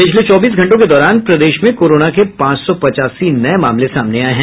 पिछले चौबीस घंटों के दौरान प्रदेश में कोरोना के पांच सौ पचासी नये मामले सामने आये हैं